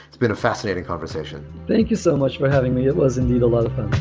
it's been a fascinating conversation thank you so much for having me. it was indeed a lot of